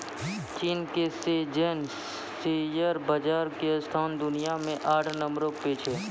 चीन के Shenzhen share बाजार के स्थान दुनिया मे आठ नम्बरो पर छै